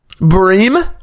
bream